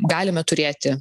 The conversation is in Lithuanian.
galime turėti